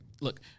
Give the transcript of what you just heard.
Look